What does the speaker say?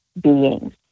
beings